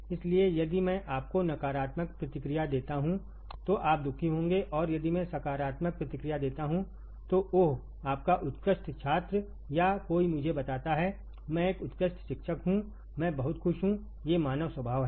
इसलिए यदि मैं आपको नकारात्मक प्रतिक्रिया देता हूं तो आपदुखी होंगे और यदि मैं सकारात्मक प्रतिक्रिया देता हूं तो ओह आपका उत्कृष्टछात्र या कोई मुझे बताता है मैं एक उत्कृष्ट शिक्षक हूं मैं बहुत खुश हूं ये मानव स्वभाव हैं